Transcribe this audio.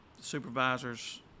Supervisor's